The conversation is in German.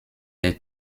der